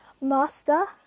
Master